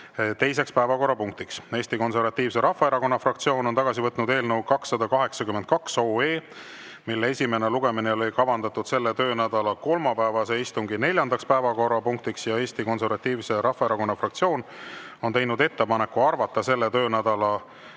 teiseks päevakorrapunktiks. Eesti Konservatiivse Rahvaerakonna fraktsioon on tagasi võtnud eelnõu 282, mille esimene lugemine oli kavandatud selle töönädala kolmapäevase istungi neljandaks päevakorrapunktiks. Ja Eesti Konservatiivse Rahvaerakonna fraktsioon on teinud ettepaneku arvata selle töönädala